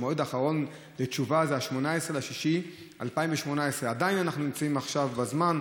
שהמועד האחרון לתשובה זה 18 ביוני 2018. עדיין אנחנו נמצאים עכשיו בזמן,